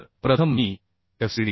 तर प्रथम मी FCd